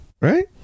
right